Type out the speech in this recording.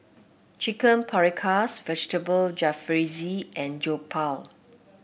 Chicken Paprikas Vegetable Jalfrezi and Jokbal